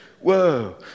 Whoa